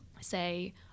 say